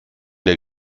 der